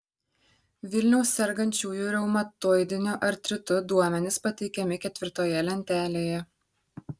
vilniaus sergančiųjų reumatoidiniu artritu duomenys pateikiami ketvirtoje lentelėje